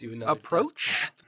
approach